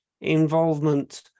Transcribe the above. involvement